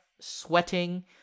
sweating